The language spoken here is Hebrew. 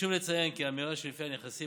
חשוב לציין כי האמירה שלפיה הנכסים